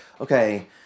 okay